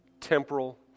temporal